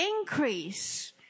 increase